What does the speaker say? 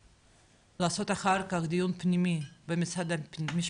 לעשות אחר כך דיון פנימי במשרד המשפטים.